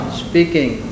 speaking